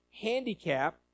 handicap